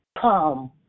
come